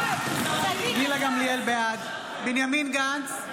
בעד בנימין גנץ,